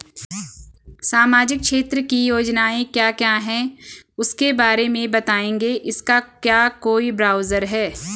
सामाजिक क्षेत्र की योजनाएँ क्या क्या हैं उसके बारे में बताएँगे इसका क्या कोई ब्राउज़र है?